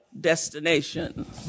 destination